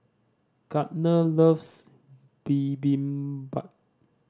Gardner loves Bibimbap